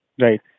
Right